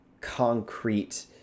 concrete